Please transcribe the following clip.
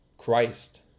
Christ